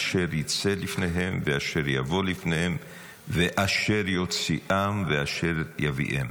אשר יצא לפניהם ואשר יבֹא לפניהם ואשר יוציאם וַאֲשר יביאם".